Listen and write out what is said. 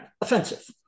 offensive